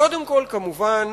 קודם כול, כמובן,